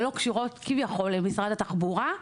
שלא קשורות כביכול למשרד התחבורה,